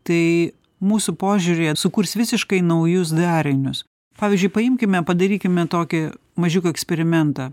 tai mūsų požiūryje sukurs visiškai naujus darinius pavyzdžiui paimkime padarykime tokį mažiuką eksperimentą